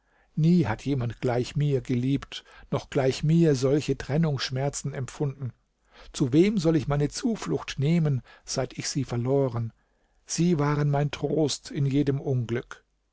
nie hat jemand gleich mir geliebt noch gleich mir solche trennungsschmerzen empfunden zu wem soll ich meine zuflucht nehmen seit ich sie verloren sie waren mein trost in jedem unglück